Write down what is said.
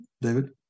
David